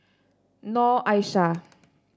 Noor Aishah